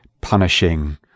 punishing